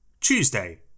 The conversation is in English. Tuesday